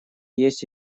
есть